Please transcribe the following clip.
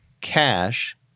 cash